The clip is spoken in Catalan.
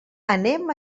anem